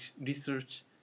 research